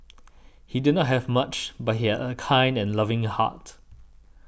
he did not have much but he had a kind and loving heart